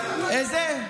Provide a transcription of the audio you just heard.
איזה?